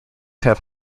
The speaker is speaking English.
have